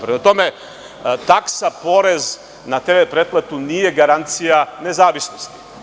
Prema tome, taksa, porez na TV pretplatu nije garancija nezavisnosti.